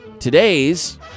Today's